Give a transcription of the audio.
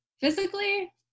physically